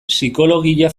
psikologia